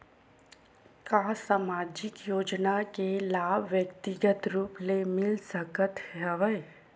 का सामाजिक योजना के लाभ व्यक्तिगत रूप ले मिल सकत हवय?